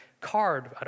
card